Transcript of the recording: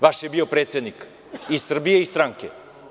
Vaš je bio predsednik i Srbije i stranke.